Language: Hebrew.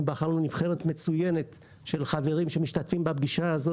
אנחנו בחרנו נבחרת מצוינת של חברים שמשתתפים בפגישה הזו,